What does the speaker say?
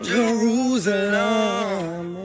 Jerusalem